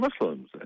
Muslims